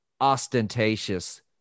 ostentatious